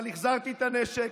אבל החזרתי את הנשק,